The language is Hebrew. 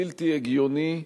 בלתי הגיוני,